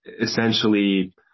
essentially